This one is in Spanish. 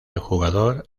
jugador